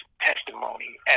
testimony